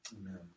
Amen